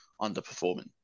underperforming